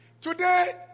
Today